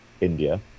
India